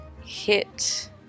hit